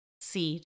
seed